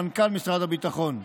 מנכ"ל משרד הביטחון.